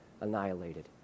annihilated